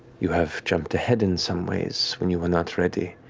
you have jumped ahead in some ways when you were not ready,